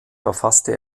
verfasste